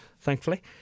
thankfully